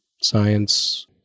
science